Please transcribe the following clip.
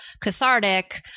cathartic